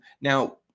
Now